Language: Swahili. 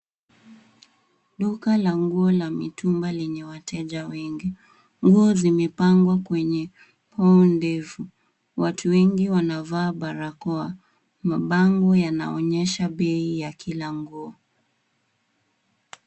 Duka la nguo la mitumba lenye wateja wengi. Nguo zimepangwa kwenye hall ndefu. Watu wengi wanavaa barakoa. Mabango yanaonyesha bei ya kila nguo.